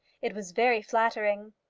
it was very flattering.